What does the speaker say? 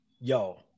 yo